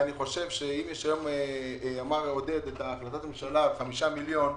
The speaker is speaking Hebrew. אני חושב שאם יש את החלטת הממשלה לגבי חמישה מיליון שקלים,